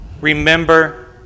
remember